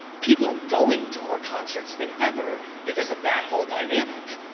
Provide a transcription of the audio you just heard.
people are going to more concerts than ever because of that whole dynamic.